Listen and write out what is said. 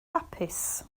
hapus